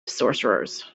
sorcerers